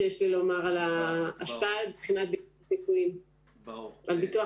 תודה.